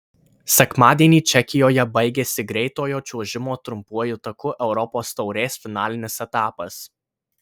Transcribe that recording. sekmadienį čekijoje baigėsi greitojo čiuožimo trumpuoju taku europos taurės finalinis etapas